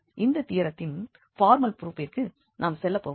இந்த தியெரெத்தின் பார்மல் ப்ரூஃபிற்கு நாம் செல்ல போவதில்லை